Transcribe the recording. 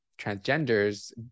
transgenders